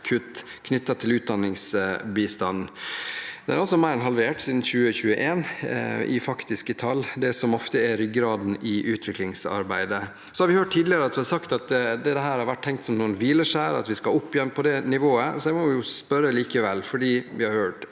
knyttet til utdanningsbistanden. Den er altså mer enn halvert siden 2021 i faktiske tall, dette som ofte er ryggraden i utviklingsarbeidet. Så har vi hørt det sagt tidligere at dette har vært tenkt som et hvileskjær, og at vi skal opp igjen på det samme nivået. Jeg må likevel spørre, for vi har hørt